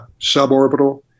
suborbital